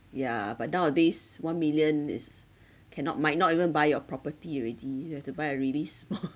yeah but nowadays one million is cannot might not even buy your property already you have to buy a really small